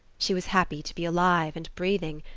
she was happy to be alive and breathing,